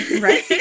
right